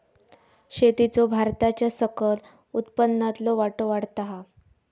शेतीचो भारताच्या सकल उत्पन्नातलो वाटो वाढता हा